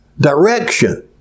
direction